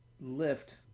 lift